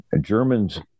Germans